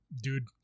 Dude